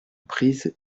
prise